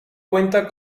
cuenta